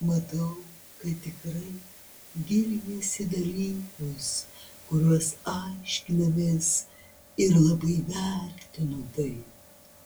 matau kad tikrai giliniesi į dalykus kuriuos aiškinamės ir labai vertinu tai